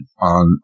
on